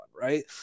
Right